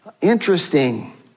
Interesting